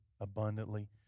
abundantly